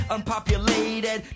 unpopulated